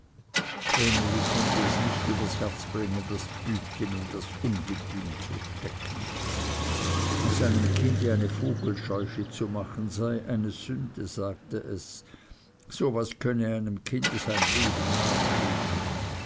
konnte es nicht übers herz bringen das bübchen in das ungetüm zu stecken aus einem kinde eine vogelscheuche zu machen sei eine sünde sagte es so was könne einem kinde sein lebtag nachgehen